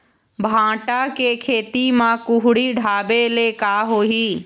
भांटा के खेती म कुहड़ी ढाबे ले का होही?